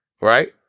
Right